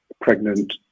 pregnant